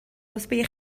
رتبه